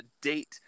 date